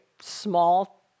small